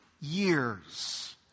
years